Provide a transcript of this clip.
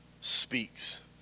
speaks